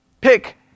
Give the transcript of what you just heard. pick